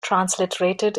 transliterated